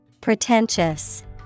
Pretentious